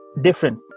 different